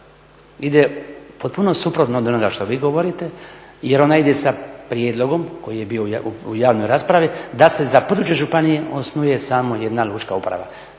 ide potpuno suprotno od onoga što vi govorite jer ona ide sa prijedlogom koji je bio u javnoj raspravi da se za područje županije osnuje samo jedna lučka uprava.